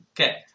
Okay